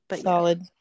Solid